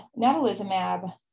natalizumab